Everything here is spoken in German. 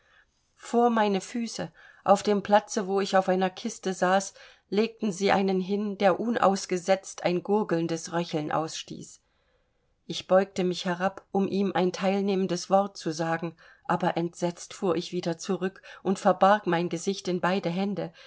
vor meine füße auf dem platze wo ich auf einer kiste saß legten sie einen hin der unausgesetzt ein gurgelndes röcheln ausstieß ich beugte mich herab um ihm ein teilnehmendes wort zu sagen aber entsetzt fuhr ich wieder zurück und verbarg mein gesicht in beide hände